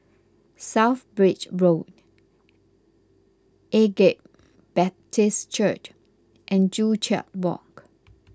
South Bridge Road Agape Baptist Church and Joo Chiat Walk